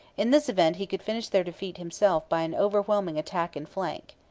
in this event he could finish their defeat himself by an overwhelming attack in flank.